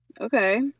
Okay